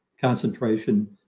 concentration